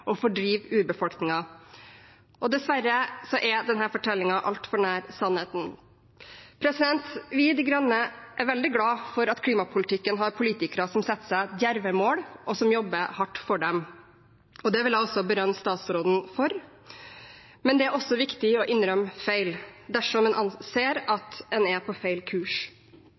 og fordrive urbefolkningen. Dessverre er denne fortellingen altfor nær sannheten. Vi, De Grønne, er veldig glade for at klimapolitikken har politikere som setter seg djerve mål, og som jobber hardt for dem. Det vil jeg også berømme statsråden for. Men det er også viktig å innrømme feil dersom man ser at man er på feil kurs.